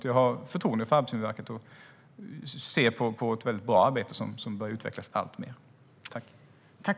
Jag har förtroende för Arbetsmiljöverket och ser att det är ett mycket bra arbete som börjar utvecklas alltmer där.